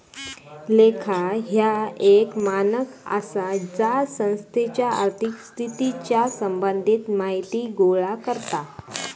लेखा ह्या एक मानक आसा जा संस्थेच्या आर्थिक स्थितीच्या संबंधित माहिती गोळा करता